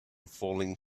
falling